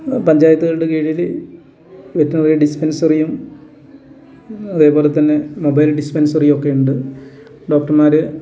പഞ്ചായത്തുകളുടെ കീഴിൽ വെറ്റനറി ഡിസ്പെൻസറിയും അതേപോലെ തന്നെ മൊബൈൽ ഡിസ്പെൻസറിയൊക്കെ ഉണ്ട് ഡോക്ടർമാർ